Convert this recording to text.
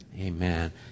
amen